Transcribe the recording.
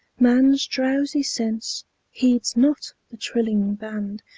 man's drowsy sense heeds not the trilling band,